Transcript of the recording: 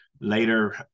Later